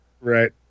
Right